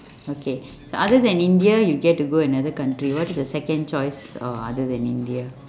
okay so other than india you get to go another country what is a second choice other than india